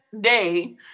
day